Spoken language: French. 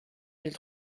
mille